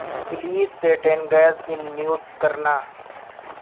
please settings unmute کرنا